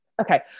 Okay